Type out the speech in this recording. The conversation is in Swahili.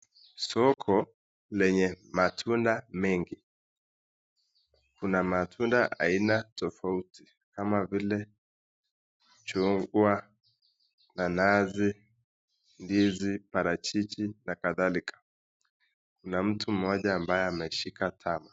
Soko lenye matunda mengi kuna matunda ya aina tofauti kama vile chungwa, nanasi, ndizi, parachichi na kadhalika. Kuna mtu mmoja ambaye ameshika tama.